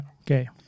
okay